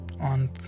on